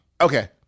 okay